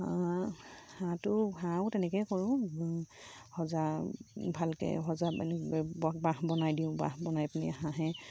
হাঁহটো হাঁহো তেনেকৈয়ে কৰোঁ সজা ভালকৈ সজা বাঁহ বনাই দিওঁ বাঁহ বনাই পিনি হাঁহে